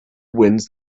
wins